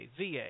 VA